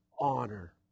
honor